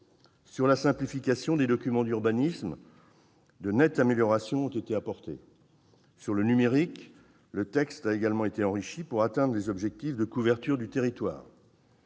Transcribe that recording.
Sur la simplification des documents d'urbanisme, de nettes améliorations ont été apportées. Sur le numérique, le texte a également été enrichi pour atteindre les objectifs de couverture du territoire.